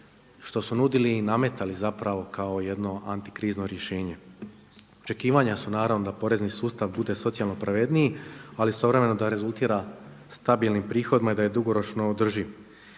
što nudili nametali zapravo kako jedno antikrizno rješenje. Očekivanja su naravno da porezni sustav bude socijalno pravedniji ali istovremeno da rezultira stabilnim prihodima i da je dugoročno održiv.